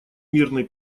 мирный